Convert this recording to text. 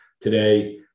today